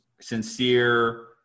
sincere